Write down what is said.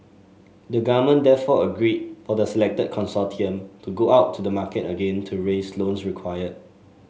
the government therefore agreed for the selected consortium to go out to the market again to raise the loans required